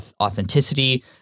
authenticity